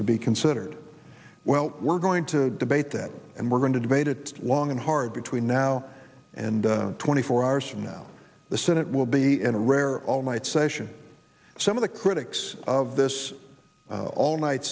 to be considered well we're going to debate that and we're going to debate it long and hard between now and twenty four hours from now the senate will be in a rare all night session some of the critics of this all night